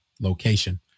location